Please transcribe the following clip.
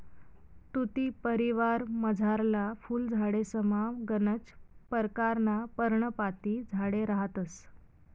तुती परिवारमझारला फुल झाडेसमा गनच परकारना पर्णपाती झाडे रहातंस